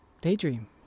daydream